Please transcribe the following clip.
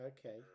Okay